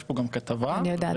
יש פה גם כתבה -- אני יודעת,